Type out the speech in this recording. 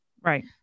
right